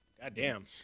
Goddamn